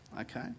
Okay